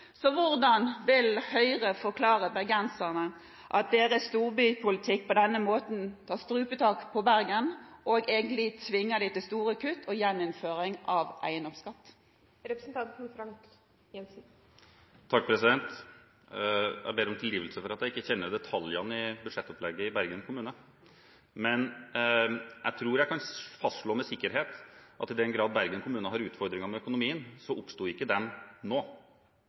Hvordan vil Høyre forklare bergenserne at deres storbypolitikk på denne måten tar strupetak på Bergen og tvinger dem til store kutt og gjeninnføring av eiendomsskatt? Jeg ber om tilgivelse for at jeg ikke kjenner detaljene i budsjettopplegget i Bergen kommune, men jeg tror jeg kan fastslå med sikkerhet at i den grad Bergen kommune har utfordringer med økonomien, oppsto ikke de nå.